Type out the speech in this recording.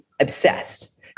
obsessed